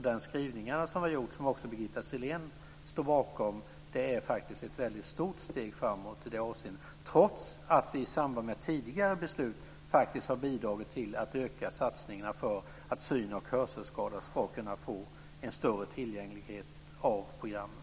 Den skrivning som utskottet har gjort, och som också Birgitta Sellén står bakom, är ett väldigt stort steg framåt i det avseendet. Det gäller trots att vi i samband med tidigare beslut har bidragit till att öka satsningarna så att synoch hörselskadade ska kunna få en större tillgänglighet till programmen.